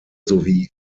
sowie